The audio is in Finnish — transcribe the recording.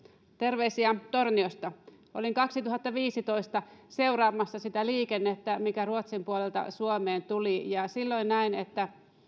terveisiä torniosta olin kaksituhattaviisitoista seuraamassa sitä liikennettä mikä ruotsin puolelta suomeen tuli ja silloin näin